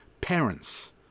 parents